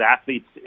athletes